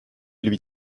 lui